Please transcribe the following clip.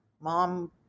mom